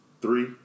Three